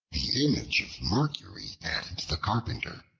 the image of mercury and the carpenter